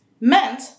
meant